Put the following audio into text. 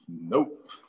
Nope